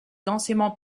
densément